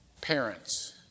parents